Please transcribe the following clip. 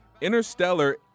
Interstellar